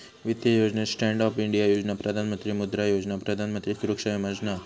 वित्तीय योजनेत stand up India योजना, प्रधान मंत्री मुद्रा योजना, प्रधान मंत्री सुरक्षा विमा योजना हत